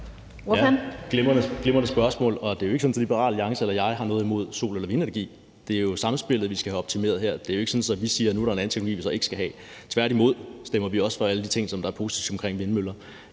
Glimrende spørgsmål. Det er jo ikke sådan, at Liberal Alliance eller jeg har noget imod sol- eller vindenergi; det er jo samspillet, vi skal have optimeret her. Det er ikke sådan, at vi siger, at nu er der en anden teknologi, vi ikke skal have. Tværtimod stemmer vi også for alle de ting, som er positive i forhold til vindmøller.